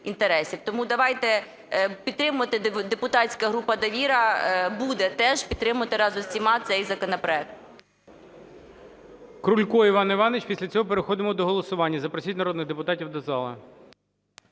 Тому давайте підтримувати. Депутатська група "Довіра" буде теж підтримувати разом з усіма цей законопроект.